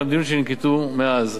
והמדיניות שננקטה מאז,